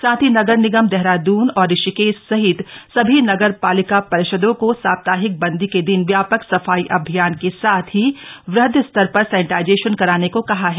साथ ही नगर निगम देहरादून और ऋषिकेश सहित सभीनगर पालिका परिषदों को साप्ताहिक बन्दी के दिन व्यापक सफाई अभियान के साथ ही वृहद्ध स्तर पर सैनिटाईजेशन कराने को कहा है